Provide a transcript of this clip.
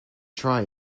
try